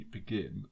begin